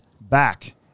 back